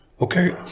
Okay